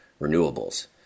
renewables